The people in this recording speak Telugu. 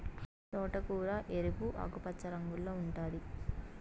తోటకూర ఎరుపు, ఆకుపచ్చ రంగుల్లో ఉంటాది